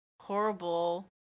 horrible